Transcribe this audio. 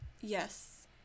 Yes